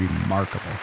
remarkable